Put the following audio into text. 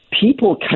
People